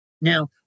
Now